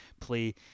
play